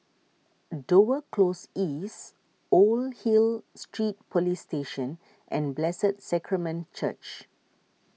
Dover Close East Old Hill Street Police Station and Blessed Sacrament Church